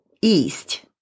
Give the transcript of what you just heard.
East